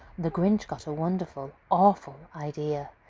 the grinch got a wonderful, awful idea!